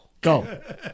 Go